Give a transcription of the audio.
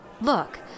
Look